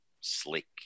slick